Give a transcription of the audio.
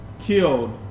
killed